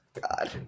God